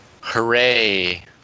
Hooray